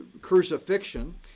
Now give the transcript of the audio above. crucifixion